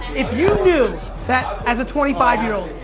if you knew that as a twenty five year old,